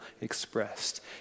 expressed